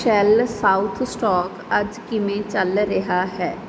shell south stock ਅੱਜ ਕਿਵੇਂ ਚੱਲ ਰਿਹਾ ਹੈ